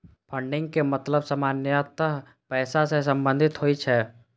funding के मतलब सामान्यतः पैसा सं संबंधित होइ छै